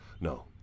No